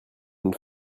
une